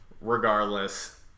Regardless